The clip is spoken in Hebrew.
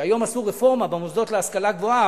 שהיום עשו רפורמה במוסדות להשכלה גבוהה,